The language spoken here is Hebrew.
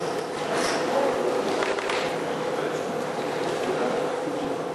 את הצעת חוק לתיקון פקודת מס הכנסה (חישוב מס לבני-זוג העובדים יחד),